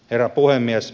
herra puhemies